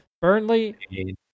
Burnley